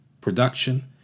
production